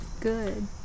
good